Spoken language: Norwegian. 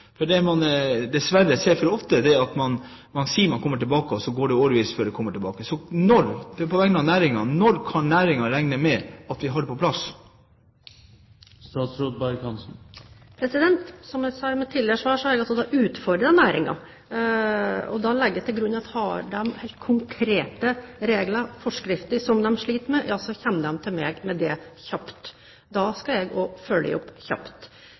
Det vi dessverre ser for ofte, er at man sier man kommer tilbake, og så går det årevis før man kommer tilbake. Dette er på vegne av næringen: Når kan næringen regne med at vi har det på plass? Som jeg sa i mitt tidligere svar, har jeg utfordret næringen. Da legger jeg til grunn at hvis de har helt konkrete regler og forskrifter som de sliter med, så kan de komme til meg med dem, kjapt. Da skal jeg også følge opp kjapt.